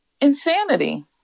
insanity